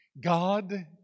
God